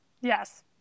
yes